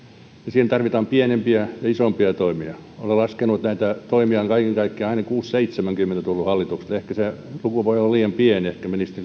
siihen tarvitaan pienempiä ja isompia toimia olen laskenut että näitä toimia on kaiken kaikkiaan ainakin kuusikymmentä viiva seitsemänkymmentä tullut hallitukselta ehkä se luku voi olla liian pieni ehkä ministeri lindströmillä on